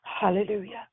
Hallelujah